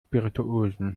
spirituosen